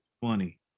funny